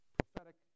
Prophetic